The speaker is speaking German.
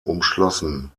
umschlossen